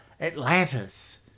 Atlantis